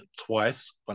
twice